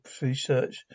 research